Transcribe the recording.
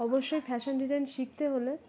অবশ্যই fashion design শিখতে হলে